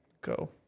go